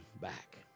back